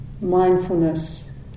mindfulness